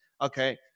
okay